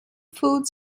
food